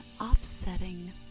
offsetting